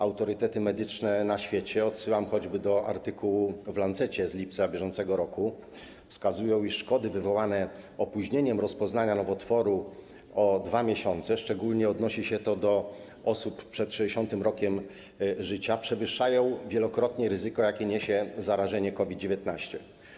Autorytety medyczne na świecie - odsyłam choćby do artykułu w „The Lancet” z lipca br. - wskazują, iż szkody wywołane opóźnieniem rozpoznania nowotworu o dwa miesiące - szczególnie odnosi się to do osób przed 60. rokiem życia - wielokrotnie przewyższają ryzyko, jakie niesie zarażenie COVID-19.